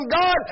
God